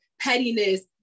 pettiness